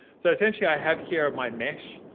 so essentially i have here my mesh.